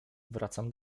wracam